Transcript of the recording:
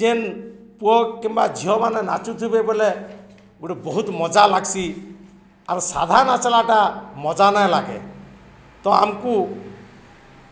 ଯେନ୍ ପୁଅ କିମ୍ବା ଝିଅମାନେ ନାଚୁଥିବେ ବଲେ ଗୋଟେ ବହୁତ୍ ମଜା ଲାଗ୍ସି ଆର୍ ସାଧା ନାଚ୍ଲାଟା ମଜା ନାଇଁ ଲାଗେ ତ ଆମ୍କୁ